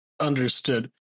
Understood